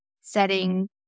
setting